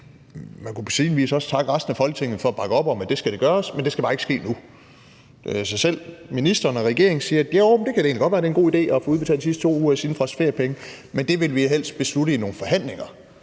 man kunne på sin vis også takke resten af Folketinget for at bakke op om, at det skal gøres – men det skal bare ikke ske nu. Selv ministeren og regeringen siger, at det egentlig godt kan være, at det er en god idé at få udbetalt de sidste 2 ugers indefrosne feriepenge, men det vil den helst beslutte i nogle forhandlinger.